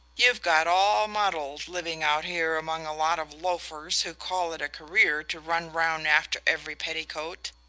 you've got all muddled, living out here among a lot of loafers who call it career to run round after every petticoat.